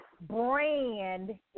brand